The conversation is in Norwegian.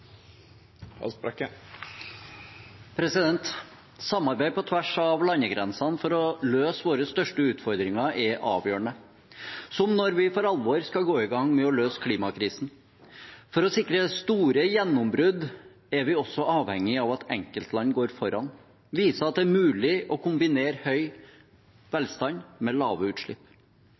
Samarbeid på tvers av landegrensene for å løse våre største utfordringer er avgjørende – som når vi for alvor skal gå i gang med å løse klimakrisen. For å sikre store gjennombrudd er vi avhengig av at enkeltland går foran og viser at det er mulig å kombinere høy velstand med lave utslipp.